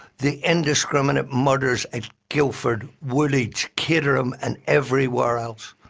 the indiscriminate murders at guildford, woolwich, caterham, and everywhere else.